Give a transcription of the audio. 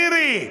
מירי,